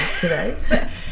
today